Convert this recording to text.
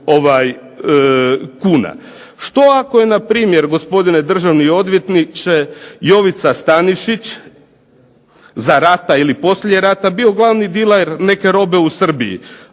kuna. Što ako je na primjer gospodine državni odvjetniče Jovica Stanišić za rata ili poslije rata bio glavni diler neke robe u Srbiji,